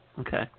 Okay